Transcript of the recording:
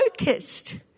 focused